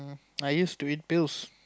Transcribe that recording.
I used to eat pills